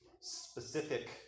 specific